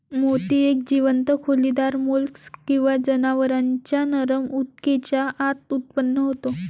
मोती एक जीवंत खोलीदार मोल्स्क किंवा जनावरांच्या नरम ऊतकेच्या आत उत्पन्न होतो